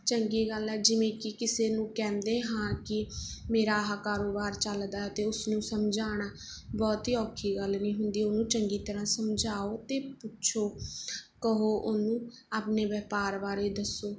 ਚੰਗੀ ਗੱਲ ਹੈ ਜਿਵੇਂ ਕਿ ਕਿਸੇ ਨੂੰ ਕਹਿੰਦੇ ਹਾਂ ਕਿ ਮੇਰਾ ਆਹ ਕਾਰੋਬਾਰ ਚੱਲਦਾ ਅਤੇ ਉਸਨੂੰ ਸਮਝਾਉਣਾ ਬਹੁਤੀ ਔਖੀ ਗੱਲ ਨਹੀ ਹੁੰਦੀ ਉਹਨੂੰ ਚੰਗੀ ਤਰ੍ਹਾਂ ਸਮਝਾਓ ਅਤੇ ਪੁੱਛੋ ਕਹੋ ਉਹਨੂੰ ਆਪਣੇ ਵਪਾਰ ਬਾਰੇ ਦੱਸੋ